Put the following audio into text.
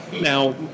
now